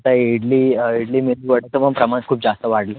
तर इडली इडली मेदूवडाचं पम प्रमाण खूप जास्त वाढलं आहे